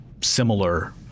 similar